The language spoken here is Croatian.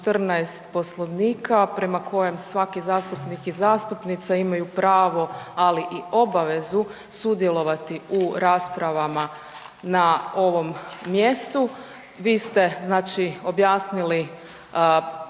Poslovnika prema kojem svaki zastupnik i zastupnica imaju pravo, ali i obavezu sudjelovati u raspravama na ovom mjestu. Vi ste objasnili